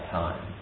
time